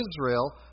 Israel